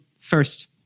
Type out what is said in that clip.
first